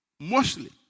Mostly